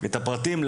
את הפרטים,